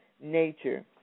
nature